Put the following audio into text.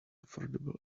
affordable